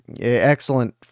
Excellent